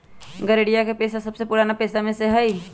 गरेड़िया के पेशा सबसे पुरान पेशा में से हई